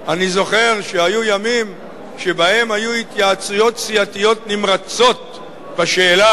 אני זוכר שהיו ימים שבהם היו התייעצויות סיעתיות נמרצות בשאלה: